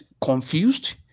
confused